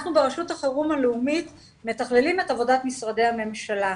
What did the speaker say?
אנחנו ברשות החירום הלאומית מתכללים את עבודת משרדי הממשלה.